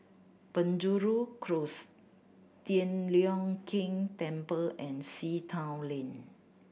Penjuru Close Tian Leong Keng Temple and Sea Town Lane